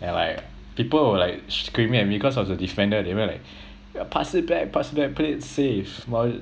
and like people were like screaming at me cause I was the defender they went like uh pass it back pass it back play it safe while